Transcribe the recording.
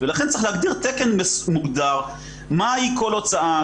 לכן צריך להגדיר תקן מוגדר מהי כל הוצאה,